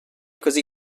così